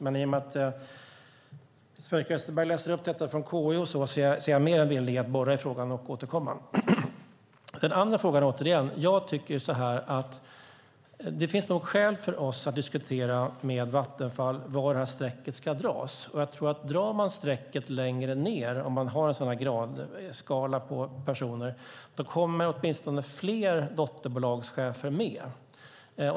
Men i och med att Sven-Erik Österberg läser upp detta från KU är jag mer än villig att borra i frågan och återkomma. När det gäller den andra frågan finns det nog skäl för oss att diskutera med Vattenfall var strecket ska dras. Om man har en gradskala på personer och drar strecket lägre ned kommer åtminstone fler dotterbolagschefer med.